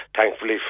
thankfully